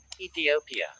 Ethiopia